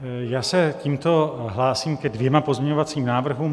Já se tímto hlásím ke dvěma pozměňovacím návrhům.